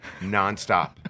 nonstop